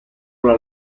alla